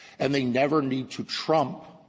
and they never need to trump